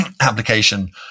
application